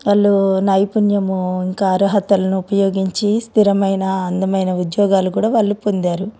వాళ్ళు నైపుణ్యము ఇంకా అర్హతలను ఉపయోగించి స్థిరమైన అందమైన ఉద్యోగాలు కూడా వాళ్ళు పొందారు